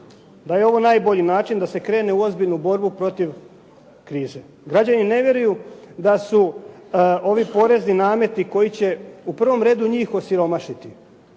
da je ovo najbolji način da se krene u ozbiljnu borbu protiv krize. Građani ne vjeruju da su ovi porezni nameti koji će u prvom redu njih osiromašiti,